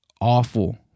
awful